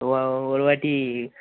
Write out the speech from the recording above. ஓ ஒருவாட்டி